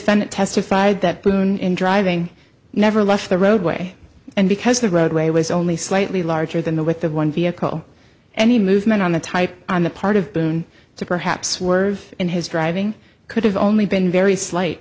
defendant testified that boone in driving never left the roadway and because the roadway was only slightly larger than the with the one vehicle any movement on the type on the part of boone to perhaps were in his driving could have only been very slight